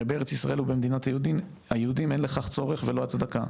הרי בארץ ישראל או במדינת היהודים אין לכך צורך ולא הצדקה.